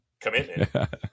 commitment